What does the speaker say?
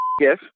yes